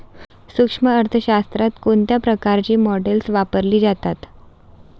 सूक्ष्म अर्थशास्त्रात कोणत्या प्रकारची मॉडेल्स वापरली जातात?